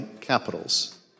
capitals